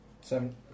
Seven